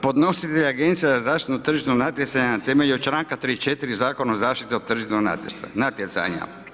Podnositelj je agencija za zaštitu tržišnog natjecanja na temelju članka 34 Zakona o zaštiti tržišnog natjecanja.